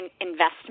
investment